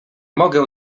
mogę